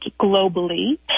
globally